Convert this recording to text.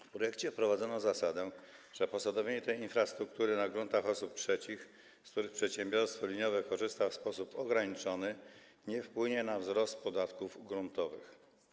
W projekcie wprowadzono zasadę, że posadowienie tej infrastruktury na gruntach osób trzecich, z których przedsiębiorstwo liniowe korzysta w sposób ograniczony, nie wpłynie na wzrost podatków gruntowych.